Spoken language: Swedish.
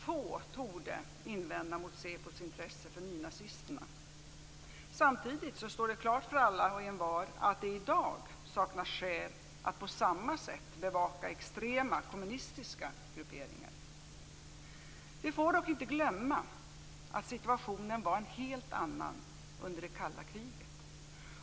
Få torde invända mot SÄPO:s intresse för nynazisterna. Samtidigt står det klart för alla och envar att det i dag saknas skäl att på samma sätt bevaka extrema kommunistiska grupperingar. Vi får dock inte glömma att situationen var en helt annan under det kalla kriget.